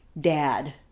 dad